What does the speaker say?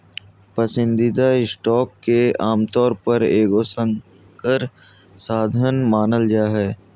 पसंदीदा स्टॉक के आमतौर पर एगो संकर साधन मानल जा हइ